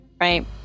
Right